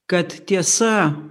kad tiesa